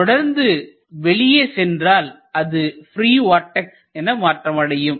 ஆனால் தொடர்ந்து வெளியே சென்றால்அது ப்ரீ வார்டெக்ஸ் என மாற்றமடையும்